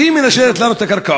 שהיא מנשלת לנו את הקרקעות.